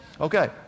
Okay